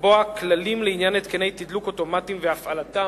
נועד לקדם את התחרות במשק הדלק.